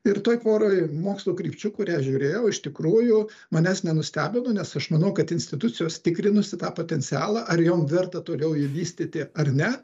ir toj poroj mokslo krypčių kurias žiūrėjau iš tikrųjų manęs nenustebino nes aš manau kad institucijos tikrinosi tą potencialą ar jom verta toliau jį vystyti ar ne